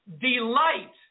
delight